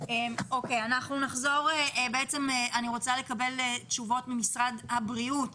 אני רוצה לקבל תשובות ממשרד הבריאות